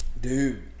Dude